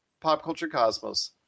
PopCultureCosmos